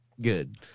Good